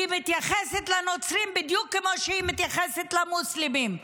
הא מתייחסת לנוצרים בדיוק כמי שהיא מתייחסת למוסלמים.